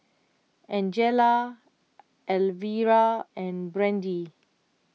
Angela Alvera and Brandee